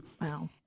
Wow